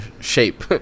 shape